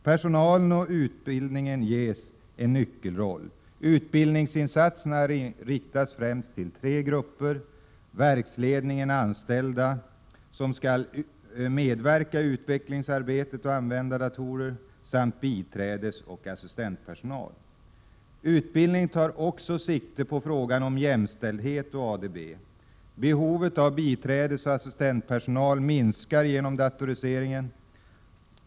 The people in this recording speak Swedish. Personalen och utbildningen ges en nyckelroll. Utbildningsinsatserna riktas främst till tre grupper — verksledning, anställda som skall medverka i utvecklingsarbetet och använda datorer samt biträdesoch assistentpersonal. Utbildningen tar också sikte på frågan om jämställdhet och ADB. Behovet av biträdesoch assistentpersonal minskar på grund av datoriseringen.